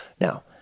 Now